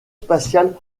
spatiales